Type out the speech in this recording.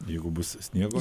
jeigu bus sniego